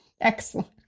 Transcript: excellent